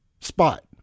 spot